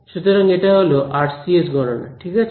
সুতরাং এটা হল আরসিএস গণনা ঠিক আছে